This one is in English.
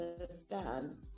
understand